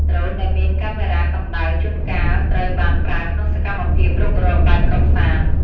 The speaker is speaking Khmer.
ដ្រូនដែលមានកាមេរ៉ាកម្ដៅ ជួនកាលត្រូវបានប្រើក្នុងសកម្មភាពរុករកបែបកម្សាន្ត។